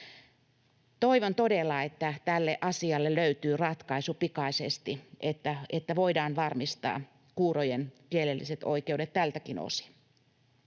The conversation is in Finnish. Toivon todella, että tälle asialle löytyy ratkaisu pikaisesti, jotta voidaan varmistaa kuurojen kielelliset oikeudet tältäkin osin.